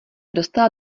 dostala